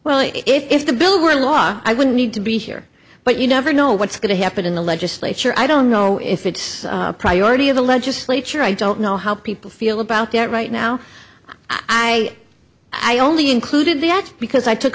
well if the bill were law i wouldn't need to be here but you never know what's going to happen in the legislature i don't know if it's a priority of the legislature i don't know how people feel about that right now i i only included the act because i took